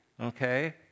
Okay